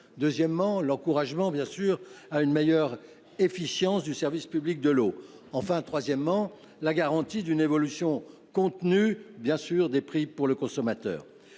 deuxièmement, le soutien à une meilleure efficience du service public de l’eau ; troisièmement, la garantie d’une évolution contenue des prix pour le consommateur.